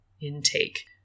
intake